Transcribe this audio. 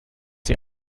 sie